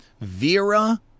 Vera